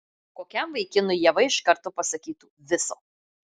kokiam vaikinui ieva iš karto pasakytų viso